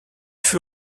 fut